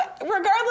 regardless